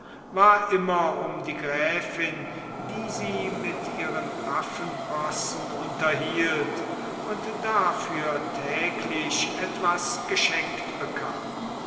war immer um die gräfin die sie mit ihren affenpossen unterhielt und dafür täglich etwas geschenkt bekam